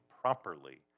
properly